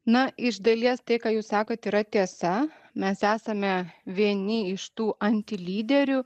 na iš dalies tai ką jūs sakot yra tiesa mes esame vieni iš tų antilyderių